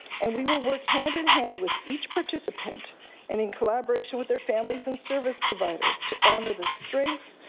and we will work hand in hand with each participant and in collaboration with their families and service providers to honour the strength,